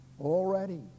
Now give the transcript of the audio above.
Already